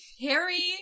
Harry